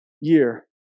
year